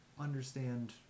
understand